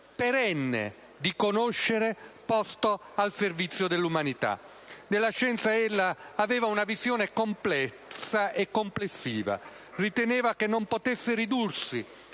perenne di conoscere posto al servizio dell'umanità. Della scienza ella aveva una visione complessiva. Riteneva che non potesse ridursi